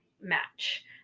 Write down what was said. match